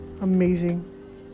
Amazing